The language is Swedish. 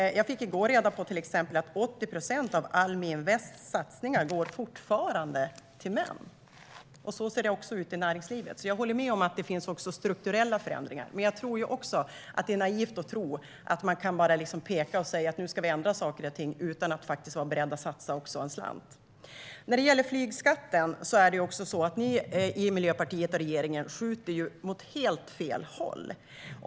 Jag fick i går reda på till exempel att 80 procent av Almi Invests satsningar fortfarande går till män. Så ser det ut även i näringslivet. Jag håller därför med om att det också behövs strukturella förändringar. Men det är också naivt att tro att man bara kan peka och säga att vi nu ska ändra saker och ting utan att också vara beredda att satsa en slant. När det gäller flygskatten skjuter Miljöpartiet och regeringen mot helt fel håll.